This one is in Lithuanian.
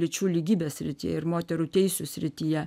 lyčių lygybės srityje ir moterų teisių srityje